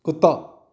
ਕੁੱਤਾ